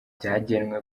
byagenwe